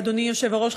אדוני היושב-ראש,